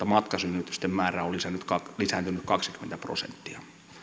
matkasynnytysten määrä on lisääntynyt kaksikymmentä prosenttia